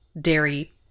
dairy